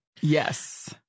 Yes